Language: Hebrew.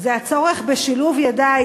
זה הצורך בשילוב ידיים,